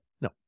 no